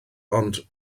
ond